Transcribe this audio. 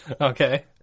Okay